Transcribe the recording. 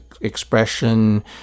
expression